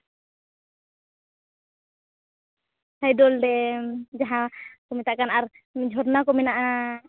ᱦᱮᱫᱳᱞ ᱰᱮᱢ ᱡᱟᱦᱟᱸ ᱠᱚ ᱢᱮᱛᱟᱜ ᱠᱟᱱ ᱟᱨ ᱡᱷᱚᱨᱱᱟ ᱠᱚ ᱢᱮᱱᱟᱜᱼᱟ